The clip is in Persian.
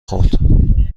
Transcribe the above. خورد